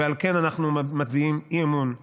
ועל כן אנחנו מביעים אי-אמון בקואליציה,